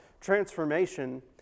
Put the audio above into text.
transformation